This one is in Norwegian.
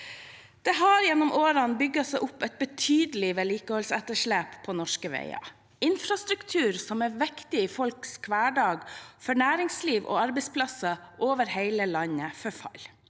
Det har gjennom årene bygd seg opp et betydelig vedlikeholdsetterslep på norske veier. Infrastruktur som er viktig i folks hverdag, for næringsliv og arbeidsplasser over hele landet, forfaller.